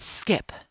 skip